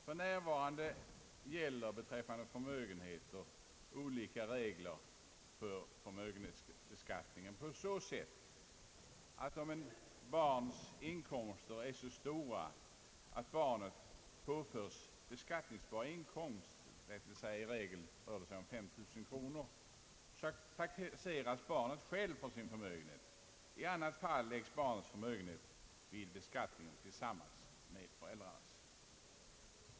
För närvarande gäller beträffande förmögenheter olika regler vid beskattningen på så sätt att om ett barns inkomster är så stora att barnet påförs beskattningsbar inkomst — i regel rör det sig om 5 000 kronor — taxeras barnet självt för sin förmögenhet. I annat fall läggs barnets förmögenhet vid beskattningen tillsammans med föräldrarnas.